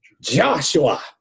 Joshua